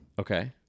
Okay